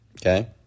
Okay